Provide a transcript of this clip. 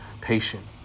patient